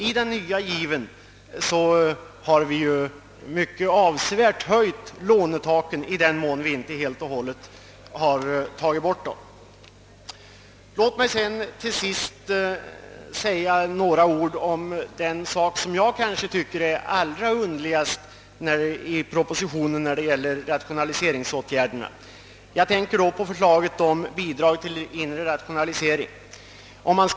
I den nya given har vi ju avsevärt höjt lånetaken i den mån vi inte helt och hållet tagit bort dem. Det som jag finner allra underligast i propositionen vad rationaliseringsåtgärderna beträffar är förslaget om bidrag till den inre rationaliseringen.